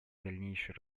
дальнейшей